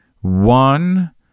One